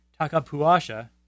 Takapuasha